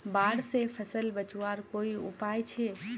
बाढ़ से फसल बचवार कोई उपाय छे?